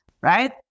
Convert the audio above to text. right